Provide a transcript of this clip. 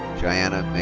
chianna